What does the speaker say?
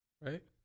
Right